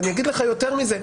ויותר מזה,